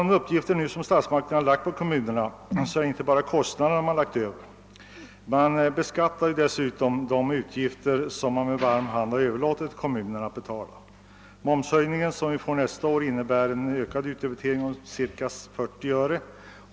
Det är emellertid inte bara olika kostnader som Öövervältras på kommunerna, utan staten beskattar också de utgifter som man med varm hand har överlåtit till kommunerna att bestrida. Momshöjningen fr.o.m. nästa år innebär sålunda en ökning av utdebiteringen på ca 40 öre.